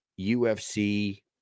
UFC